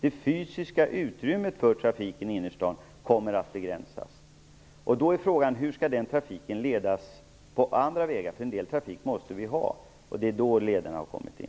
Det fysiska utrymmet för trafik i innerstaden kommer att begränsas. Frågan är då hur den trafiken skall ledas på andra vägar, för en del trafik måste vi ha. Det är där lederna har kommit in.